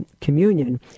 communion